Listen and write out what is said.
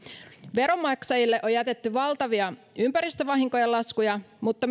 veronmaksajille on jätetty valtavia ympäristövahinkojen laskuja mutta